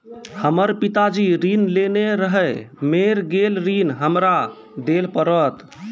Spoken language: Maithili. हमर पिताजी ऋण लेने रहे मेर गेल ऋण हमरा देल पड़त?